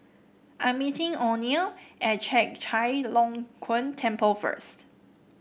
I'm meeting Oneal at Chek Chai Long Chuen Temple first